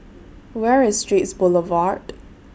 Where IS Straits Boulevard